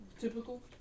Typical